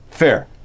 Fair